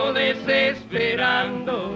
desesperando